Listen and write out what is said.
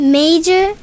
major